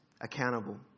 accountable